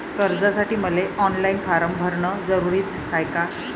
कर्जासाठी मले online form भरन जरुरीच हाय का?